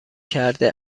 کرده